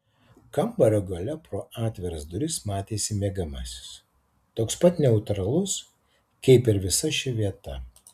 kambario gale pro atviras duris matėsi miegamasis toks pat neutralus kaip ir visa ši vieta